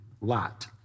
Lot